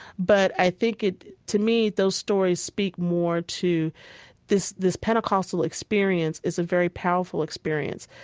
but i think it, to me, those stories speak more to this this pentecostal experience is a very powerful experience.